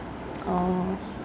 oh